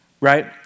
Right